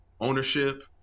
ownership